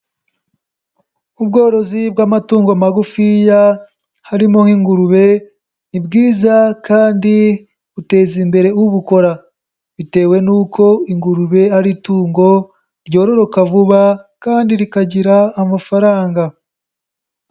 Ubworozi bw'amatungo magufiya harimo nk'ingurube ni bwiza kandi buteza imbere ubukora, bitewe n'uko ingurube ari itungo ryororoka vuba kandi rikagira amafaranga.